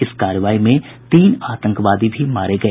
इस कार्रवाई में तीन आतंकवादी भी मारे गए